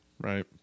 Right